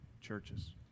churches